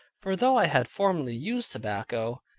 for though i had formerly used tobacco,